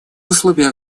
условиях